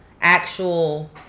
actual